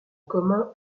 commun